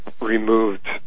Removed